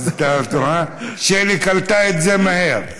שלי קלטה את זה מהר.